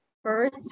First